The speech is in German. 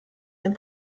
dem